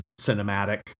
cinematic